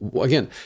Again